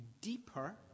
deeper